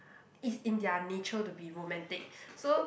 it's in their nature to be romantic so